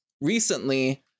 recently